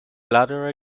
bladder